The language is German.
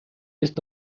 ist